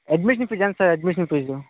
admission fee ఎంత sir admission fee